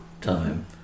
time